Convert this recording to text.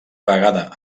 vegada